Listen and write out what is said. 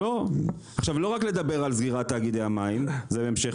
חשוב לי לא רק לדבר על סגירת תאגידי המים בהמשך